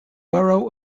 borough